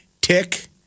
tick